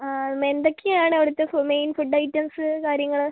അ എന്തൊക്കെയാണ് അവിടുത്തെ main food items കാര്യങ്ങള്